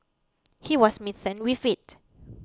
he was smitten with it